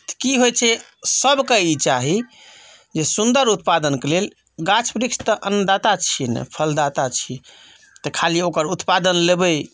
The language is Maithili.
तऽ की होइत छै सभकेँ ई चाही जे सुन्दर उत्पादनके लेल गाछ वृक्ष तऽ अन्नदाता छियै ने फलदाता छी तऽ खाली ओकर उत्पादन लेबै